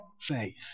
faith